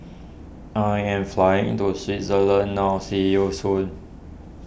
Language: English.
I am flying to Switzerland now see you soon